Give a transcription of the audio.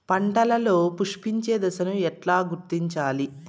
పంటలలో పుష్పించే దశను ఎట్లా గుర్తించాలి?